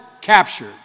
captured